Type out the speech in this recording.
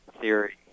theory